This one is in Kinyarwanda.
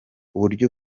uburyo